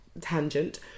tangent